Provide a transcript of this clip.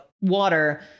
water